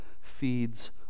feeds